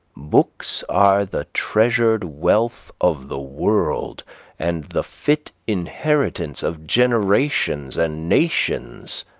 books are the treasured wealth of the world and the fit inheritance of generations and nations.